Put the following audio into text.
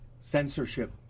censorship